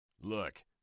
Look